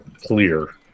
clear